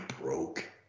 broke